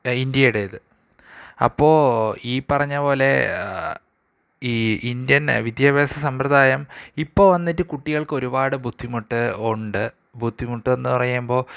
ഇന്ത്യയുടേത് അപ്പോള് ഈ പറഞ്ഞപോലെ ഈ ഇന്ത്യൻ വിദ്യാഭ്യാസ സമ്പ്രദായം ഇപ്പോള് വന്നിട്ട് കുട്ടികൾക്ക് ഒരുപാട് ബുദ്ധിമുട്ട് ഉണ്ട് ബുദ്ധിമുട്ടെന്ന് പറയുമ്പോള്